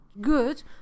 good